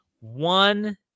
one